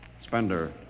Spender